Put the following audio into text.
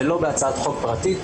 ולא בהצעת חוק פרטית,